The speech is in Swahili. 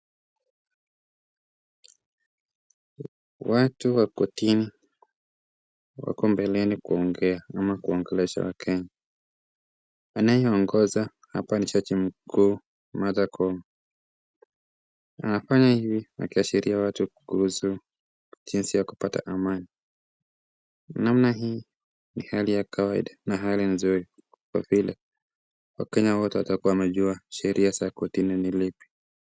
Watu wa kortini wako mbele kuongea au kuongelesha wakenya. Anayeongoza ni jaji mkuu Martha Koome. Anafanya hivi akiashiria watu jinsi ya kupata amani , namna hii ni hali ya kawaida na hali nzuri kwa vile wakenya wote watakuwa wanajua sheria za kortini ni zipi.